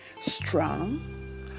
strong